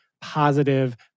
positive